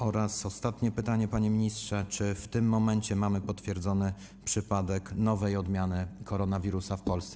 Ostatnie pytanie, panie ministrze: Czy w tym momencie mamy potwierdzony przypadek nowej odmiany koronawirusa w Polsce?